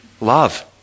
Love